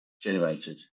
generated